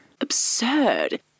absurd